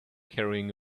carrying